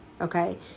Okay